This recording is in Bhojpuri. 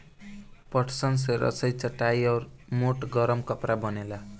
पटसन से रसरी, चटाई आउर मोट गरम कपड़ा बनेला